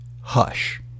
Hush